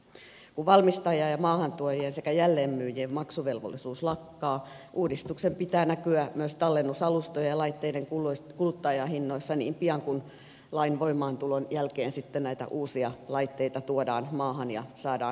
kun valmistajan ja maahantuojan sekä jälleenmyyjien maksuvelvollisuus lakkaa uudistuksen pitää näkyä myös tallennusalustojen ja laitteiden kuluttajahinnoissa niin pian kuin lain voimaantulon jälkeen näitä uusia laitteita tuodaan maahan ja saadaan kuluttajamyyntiin